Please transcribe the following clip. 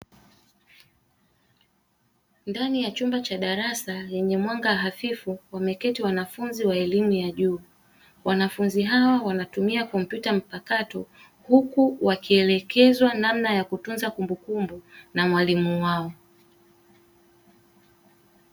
Ndani ya chumba cha darasa lenye mwanga hafifu, wameketi wanafunzi wa elimu ya juu wanafunzi hao wanatumia kompyuta mpakato, huku wakielekezwa namna ya kutunza kumbukumbu na mwalimu wao.